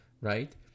right